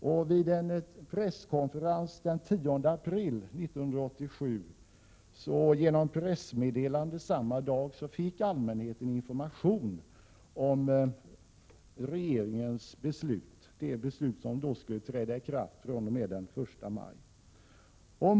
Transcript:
Efter en presskonferens den 10 april 1987 fick allmänheten genom pressmeddelande samma dag information om regeringens beslut, som trädde i kraft den 1 maj samma år.